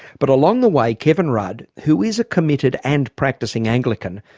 but along the way kevin rudd, who is a committed and practising anglican,